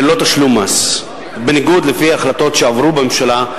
ללא תשלום מס, בניגוד להחלטות הממשלה,